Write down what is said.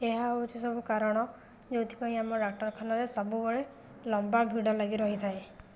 ଏହା ହେଉଛି ସବୁ କାରଣ ଯୋଉଁଥିପାଇଁ ଆମ ଡାକ୍ଟରଖାନାରେ ସବୁବେଳେ ଲମ୍ବା ଭିଡ଼ ଲାଗି ରହିଥାଏ